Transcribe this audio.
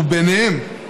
וביניהן: